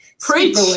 Preach